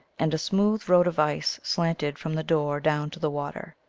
and a smooth road of ice slanted from the door down to the water.